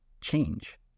change